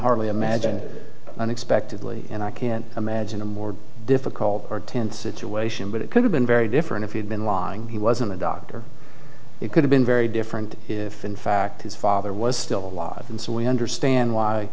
hardly imagine unexpectedly and i can't imagine a more difficult or tense situation but it could have been very different if he had been lying he wasn't a doctor it could have been very different if in fact his father was still alive and so we understand why